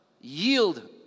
yield